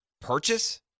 purchase